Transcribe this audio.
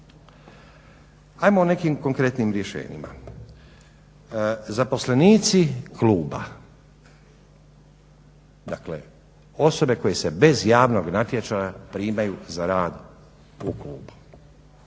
Ajmo o nekim konkretnim rješenjima. Zaposlenici kluba, dakle osobe koje se bez javnog natječaja primaju za rad u klubu.